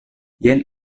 jen